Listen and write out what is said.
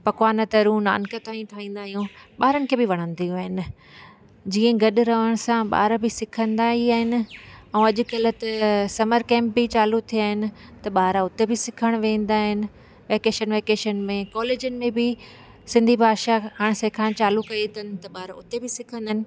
पकवान तरूं नानकितायूं ठाहींदा आहियूं ॿारनि खे बि वणंदियूं आहिनि जीअं गॾु रहण सां ॿार बि सिखंदा ई आहिनि ऐं अॼुकल्ह त समर कैंप बि चालू थिया आहिनि त ॿार उते बि सिखण वेंदा आहिनि वेकेशन वेकेशन में कॉलेजनि में बि सिंधी भाषा हाणे सिखाइण चालू कई अथनि त ॿार उते बि सिखंदा आहिनि